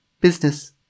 Business